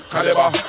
Caliber